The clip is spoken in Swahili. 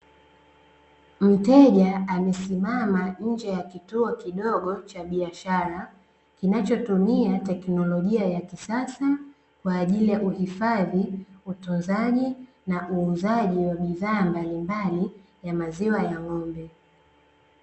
Mteja amesimama nje ya kituo kidogo cha biashara, kinachotumia teknolojia ya kisasa kwa ajili ya uhifadhi utunzaji na uzaaji wa bidhaa mbalimbali ya maziwa ya ng'ombe.